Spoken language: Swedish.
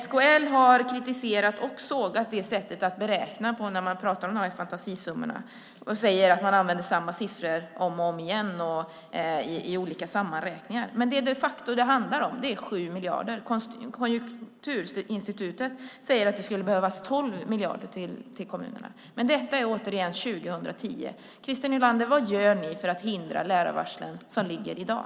SKL har kritiserat och sågat sättet att beräkna när man pratar om de här fantasisummorna och har sagt att man använder samma siffror om och om igen och i olika sammanräkningar. Men det som det de facto handlar om är 7 miljarder. Konjunkturinstitutet säger att det skulle behövas 12 miljarder till kommunerna. Men detta är återigen 2010. Christer Nylander! Vad gör ni för att hindra de lärarvarsel som ligger i dag?